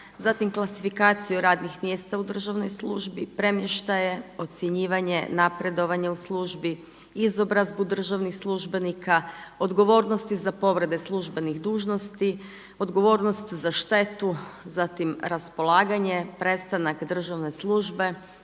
zatim klasifikaciju radnih mjesta u službi, premještaje, ocjenjivanje, napredovanje u službi, izobrazbu državnih službenika, odgovornosti za povrede službenih dužnosti, odgovornost za štetu. Zatim raspolaganje, prestanak državne službe,